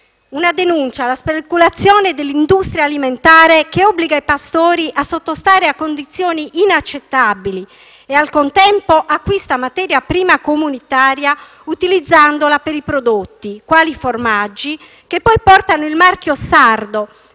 una denuncia della speculazione dell'industria alimentare che obbliga i pastori a sottostare a condizioni inaccettabili e che, al contempo, acquista materia prima comunitaria utilizzandola per prodotti quali i formaggi che poi portano il marchio sardo,